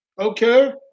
okay